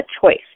choice